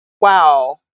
wow